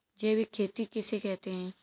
जैविक खेती किसे कहते हैं?